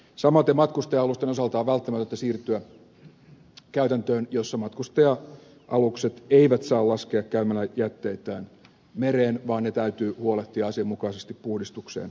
samaten matkustaja alusten osalta on välttämätöntä siirtyä käytäntöön jossa matkustaja alukset eivät saa laskea käymäläjätteitään mereen vaan ne täytyy huolehtia asianmukaisesti puhdistukseen satamissa